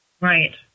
Right